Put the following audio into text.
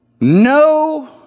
No